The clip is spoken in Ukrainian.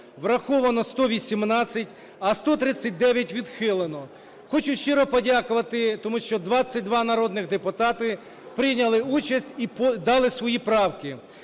враховано 118, а 139 відхилено. Хочу щиро подякувати, тому що 22 народних депутати прийняли участь і дали свої правки.